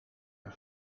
een